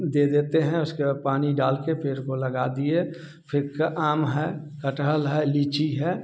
दे देते हैं उसके बाद पानी डाल के पेड़ को लगा दिए फिर क आम है कटहल है लीची है